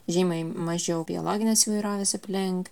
žymiai mažiau biologinės įvairovės aplink